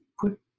put